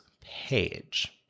page